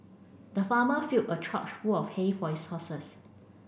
the farmer filled a trough full of hay for his horses